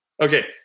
Okay